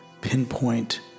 pinpoint